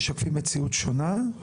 משקפים מציאות שונה.